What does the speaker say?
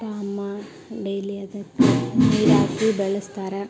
ಅಪ್ಪ ಅಮ್ಮ ಡೈಲಿ ಅದಕ್ಕೆ ನೀರಾಕಿ ಬೆಳೆಸ್ತಾರೆ